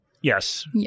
Yes